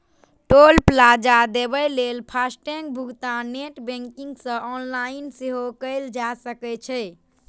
टोल plaza देबय लेल FASTag भुगतान नेट बैंकिंग सं ऑनलाइन सेहो कैल जा सकै छै